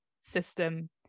system